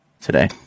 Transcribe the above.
today